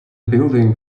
building